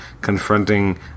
confronting